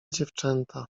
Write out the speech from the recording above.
dziewczęta